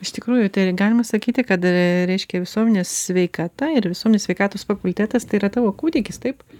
iš tikrųjų tai galima sakyti kad reiškia visuomenės sveikata ir visuomenės sveikatos fakultetas tai yra tavo kūdikis taip